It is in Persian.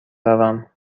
روم